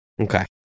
okay